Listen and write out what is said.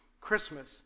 Christmas